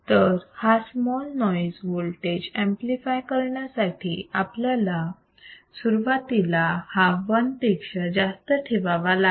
तर हा small noise voltage amplify करण्यासाठी आपल्याला सुरुवातीला हा 1 पेक्षा जास्त ठेवावा लागतो